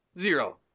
Zero